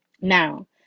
now